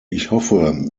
hoffe